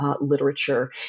literature